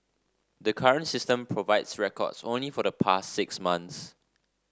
the current system provides records only for the past six months